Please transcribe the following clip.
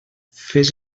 fes